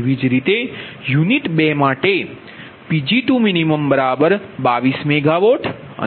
તેવીજ રીતે યુનિટ 2 માટે